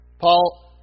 Paul